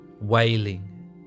wailing